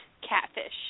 catfish